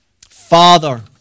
Father